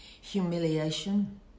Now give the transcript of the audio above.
humiliation